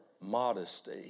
modesty